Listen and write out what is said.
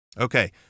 Okay